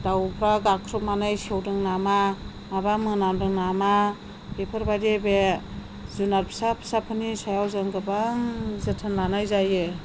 दाउफ्रा गाख्र'बनानै सौदों नामा माबा मोनामदों नामा बेफोरबायदि बे जुनार फिसा फिसाफोरनि सायाव जों गोबां जोथोन लानाय जायो